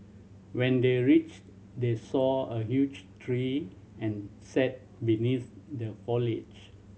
when they reached they saw a huge tree and sat beneath the foliage